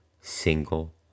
single